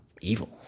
evil